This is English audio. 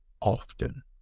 often